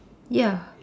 ya